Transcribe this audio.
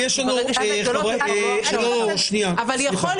ד"ר לרנאו, בואי